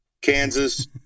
Kansas